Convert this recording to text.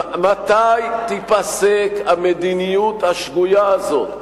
מתי תיפסק המדיניות השגויה הזאת?